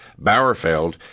Bauerfeld